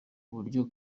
buryo